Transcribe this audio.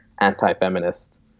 anti-feminist